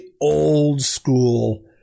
old-school